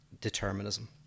determinism